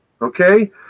okay